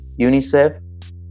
UNICEF